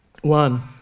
one